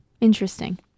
interesting